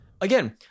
again